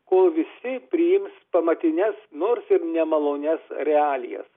kol visi priims pamatines nors ir nemalonias realijas